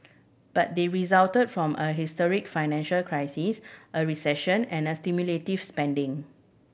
but they resulted from a historic financial crisis a recession and a stimulative spending